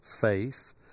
faith